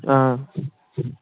ꯑꯥ